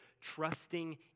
trusting